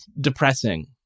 depressing